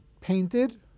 painted